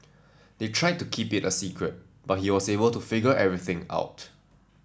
they tried to keep it a secret but he was able to figure everything out